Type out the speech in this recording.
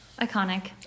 Iconic